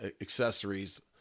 accessories